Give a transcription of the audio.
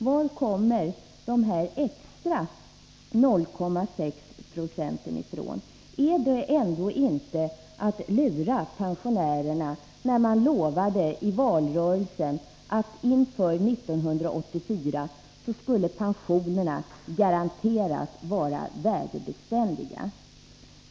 Var kommer de extra 0,6 procenten ifrån? Är detta ändå inte att lura pensionärerna, när man garanterade dem i valrörelsen att pensionerna inför 1984 skulle vara värdebeständiga?